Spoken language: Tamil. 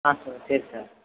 ஆ சார் சரி சார்